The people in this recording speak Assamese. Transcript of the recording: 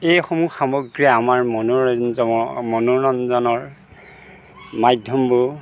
এইসমূহ সামগ্ৰী আমাৰ মনোৰঞ্জনৰ মাধ্যমবোৰ